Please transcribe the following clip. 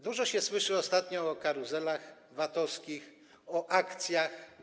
Dużo się słyszy ostatnio o karuzelach VAT-owskich, o akcjach.